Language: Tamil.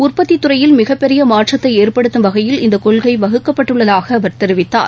உற்பத்தித் துறையில் மிகப்பெரிய மாற்றத்தை ஏற்படுத்தும் வகையில் இந்த வகுக்கப்பட்டுள்ளதாக அவர் தெரிவித்தார்